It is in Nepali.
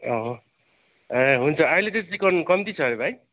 ए हुन्छ अहिले चाहिँ चिकन कम्ती छ हरे भाइ